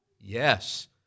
Yes